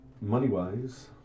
money-wise